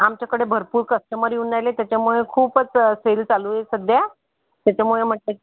आमच्याकडं भरपूर कस्टमर येऊन राहिले त्याच्यामुळे खूपच अ सेल चालू आहे सध्या त्याच्यामुळे म्हटलं